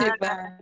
Bye